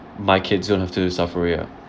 my kids don't have to suffer ria~